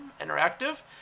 interactive